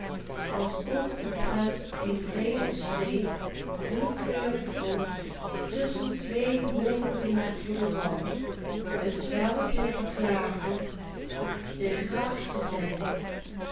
twee hooge gemetselde wallen t